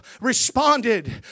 responded